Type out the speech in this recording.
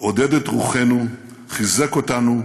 עודד את רוחנו, חיזק אותנו,